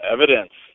Evidence